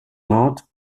mantes